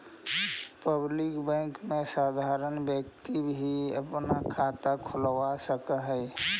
public bank में साधारण व्यक्ति भी अपना खाता खोलवा सकऽ हइ